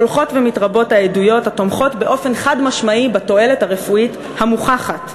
הולכות ומתרבות העדויות התומכות באופן חד-משמעי בתועלת הרפואית המוכחת.